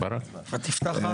מה הייתה פרשת השבוע?